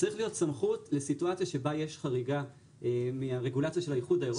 צריכה להיות סמכות לסיטואציה שבה יש חריגה מהרגולציה של האיחוד האירופי.